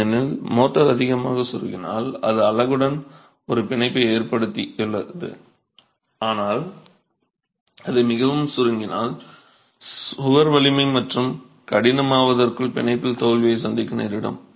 ஏனெனில் மோர்டார் அதிகமாக சுருங்கினால் அது அலகுடன் ஒரு பிணைப்பை ஏற்படுத்தியது ஆனால் அது மிகவும் சுருங்கினால் சுவர் வலிமை மற்றும் கடினமாவதற்குள் பிணைப்பில் தோல்வியை சந்திக்க நேரிடும்